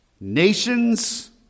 nations